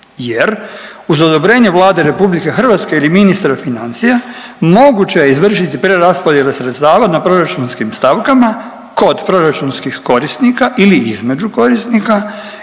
jer uz odobrenje Vlade RH ili ministra financija moguće je izvršiti preraspodjelu sredstava na proračunskim stavkama kod proračunskih korisnika ili između korisnika